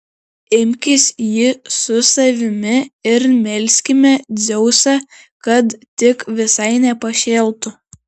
imkis jį su savimi ir melskime dzeusą kad tik visai nepašėltų